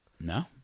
No